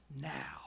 now